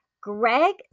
Greg